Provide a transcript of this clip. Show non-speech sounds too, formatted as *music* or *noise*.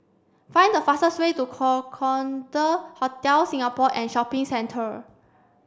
find the fastest way to *unintelligible* Hotel Singapore and Shopping Centre